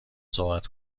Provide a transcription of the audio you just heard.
صحبت